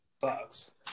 sucks